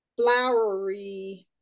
flowery